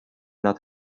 not